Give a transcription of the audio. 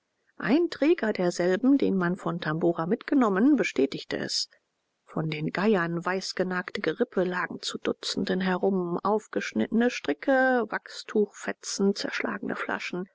ein träger derselben den man von tabora mitgenommen bestätigte es von den geiern weißgenagte gerippe lagen zu dutzenden herum aufgeschnittene stricke wachstuchfetzen zerschlagene flaschen